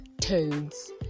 toads